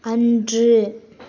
அன்று